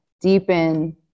deepen